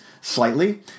slightly